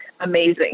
amazing